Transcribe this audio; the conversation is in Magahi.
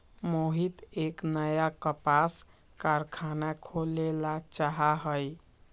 मोहित एक नया कपास कारख़ाना खोले ला चाहा हई